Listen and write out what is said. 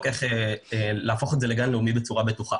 איך להפוך את זה לגן לאומי בצורה בטוחה.